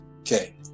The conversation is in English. Okay